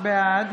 בעד